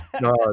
No